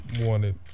wanted